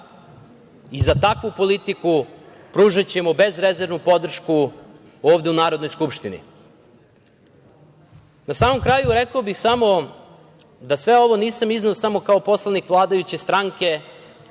i za takvu politiku pružićemo bezrezervnu podršku ovde u Narodnoj skupštini. Na samom kraju rekao bih samo da sve ovo nisam izneo samo kao poslanik vladajuće stranke